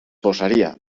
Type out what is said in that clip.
posaria